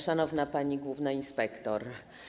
Szanowna Pani Główna Inspektor!